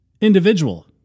individual